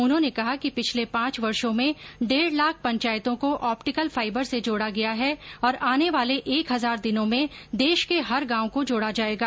उन्होंने कहा कि पिछले पांच वर्षो में डेढ़ लाख पंचायतों को ऑप्टिकल फाइबर से जोड़ा गया है और आने वाले एक हजार दिनों में देश के हर गांव को जोड़ा जाएगा